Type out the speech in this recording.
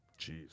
Jeez